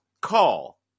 call